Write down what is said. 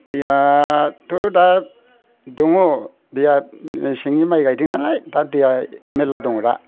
दैयाथ' दा दङ दैया मेसेंनि माइ गायदोंनालाय दा दैया मेरला दङ दा